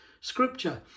scripture